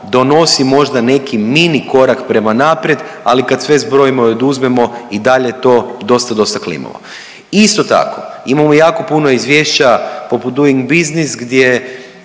donosi možda neki mini korak prema naprijed, ali kad sve zbrojimo i oduzmemo i dalje je to dosta, dosta klimavo. Isto tako imamo jako puno izvješća poput Doing Business gdje